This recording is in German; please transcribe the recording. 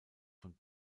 von